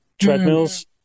treadmills